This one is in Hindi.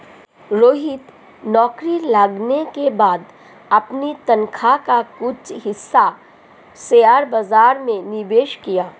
रोहित नौकरी लगने के बाद अपनी तनख्वाह का कुछ हिस्सा शेयर बाजार में निवेश किया